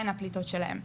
מה הן הפליטות שלהן.